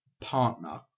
partner